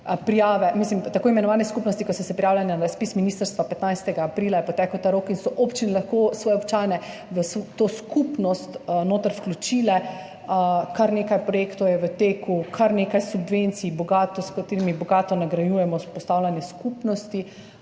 tako imenovane skupnosti, ki so se prijavile na razpis ministrstva, 15. aprila, je potekel ta rok, in so občine lahko svoje občane v to skupnost vključile. Kar nekaj projektov je v teku, kar nekaj subvencij, s katerimi bogato nagrajujemo vzpostavljanje skupnosti,